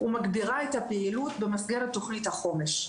ומגדירה את הפעילות במסגרת תוכנית החומש.